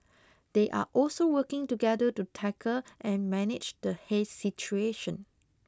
they are also working together to tackle and manage the haze situation